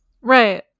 Right